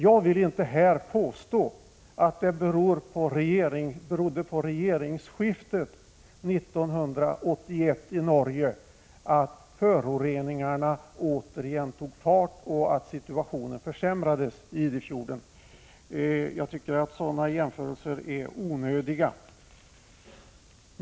Jag vill inte här påstå att det berodde på regeringsskiftet i Norge 1981 att föroreningarna åter tog fart och att situationen i Idefjorden försämrades. Jag tycker att sådana jämförelser är onödiga.